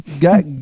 got